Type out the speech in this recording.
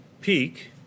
peak